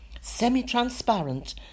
semi-transparent